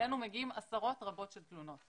אלינו מגיעות עשרות רבות של תלונות